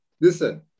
listen